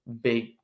big